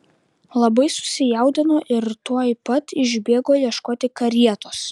labai susijaudino ir tuoj pat išbėgo ieškoti karietos